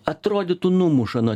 atrodytų numuša nuo